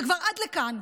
זה כבר עד לכאן.